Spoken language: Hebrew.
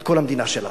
את כל המדינה שלה.